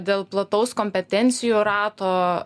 dėl plataus kompetencijų rato